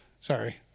Sorry